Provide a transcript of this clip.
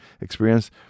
experience